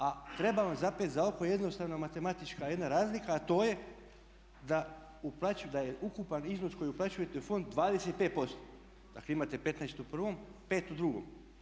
A treba vam zapeti za oko jednostavna matematička jedna razlika a to je da je ukupan iznos koji uplaćujete u fond 25%, dakle imate 15 u prvom, 5 u drugom.